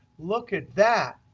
look at that.